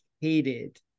hated